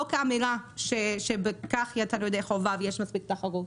זה לא כאמירה שבכך יצאנו ידי חובה ויש מספיק תחרות.